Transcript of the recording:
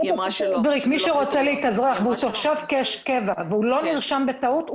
מי שרוצה להתאזרח והוא תושב קבע והוא לא נרשם בטעות,